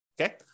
Okay